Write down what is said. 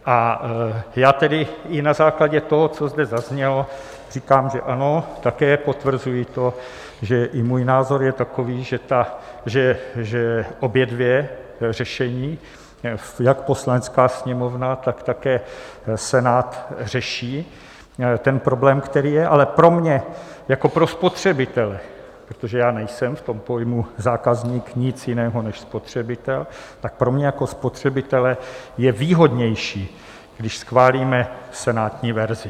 A já tedy i na základě toho, co zaznělo, říkám, že ano, také potvrzuji to, že i můj názor je takový, že obě dvě řešení, jak Poslanecká sněmovna, tak také Senát, řeší ten problém, který je, ale pro mě jako pro spotřebitele, protože já nejsem v tom pojmu zákazník nic jiného než spotřebitel, tak pro mě jako spotřebitele je výhodnější, když schválíme senátní verzi.